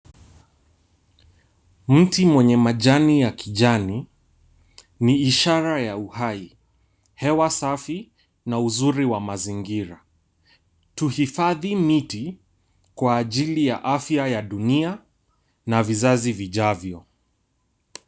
Mti mwenye majani ya kijani ni ishara ya uhai, hewa safi na uzuri wa mazingira. Tuhifadhi miti kwa ajili ya afya ya dunia na vizazi vijavyo.